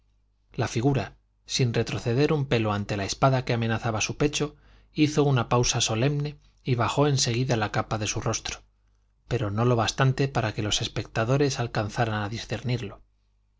la figura sin retroceder un pelo ante la espada que amenazaba su pecho hizo una pausa solemne y bajó en seguida la capa de su rostro pero no lo bastante para que los espectadores alcanzaran a discernirlo mas